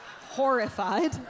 horrified